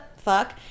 Fuck